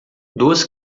duas